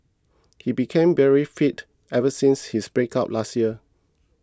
he became very fit ever since his breakup last year